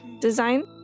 design